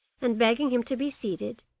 and begging him to be seated,